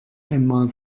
einmal